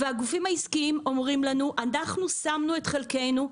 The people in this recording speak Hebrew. והגופים העסקיים אומרים לנו: אנחנו שמנו את חלקנו,